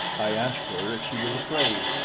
i asked her if she was afraid,